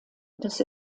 des